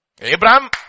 Abraham